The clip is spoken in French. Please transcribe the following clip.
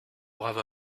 brave